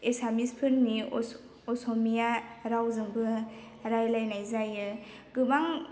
एसामिसफोरनि असमिया रावजोंबो रायलायनाय जायो गोबां